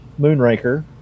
Moonraker